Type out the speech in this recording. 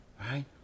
Right